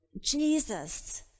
Jesus